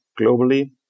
globally